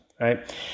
right